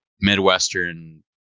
midwestern